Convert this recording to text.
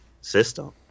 system